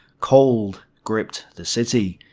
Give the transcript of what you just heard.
cold gripped the city.